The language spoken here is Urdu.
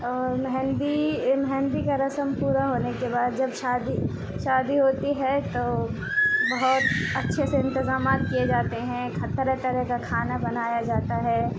اور مہندی مہندی کا رسم پورا ہونے کے بعد جب شادی شادی ہوتی ہے تو بہت اچھے سے انتظامات کیے جاتے ہیں طرح طرح کا کھانا بنایا جاتا ہے